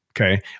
Okay